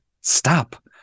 stop